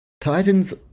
Titans